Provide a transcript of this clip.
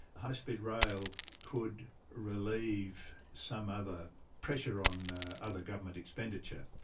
high speed rail could relieve some other pressure on other government expenditure.